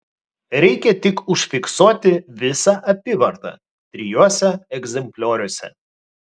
reikia tik užfiksuoti visą apyvartą trijuose egzemplioriuose